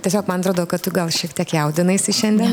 tiesiog man atrodo kad tu gal šiek tiek jaudinaisi šiandien